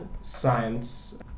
science